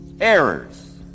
Errors